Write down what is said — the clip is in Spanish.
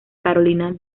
carolina